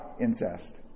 incest